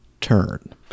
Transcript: turn